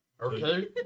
Okay